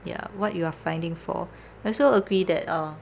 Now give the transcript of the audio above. ya what you are finding for I also agree that uh